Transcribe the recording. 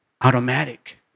automatic